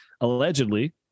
allegedly